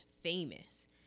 famous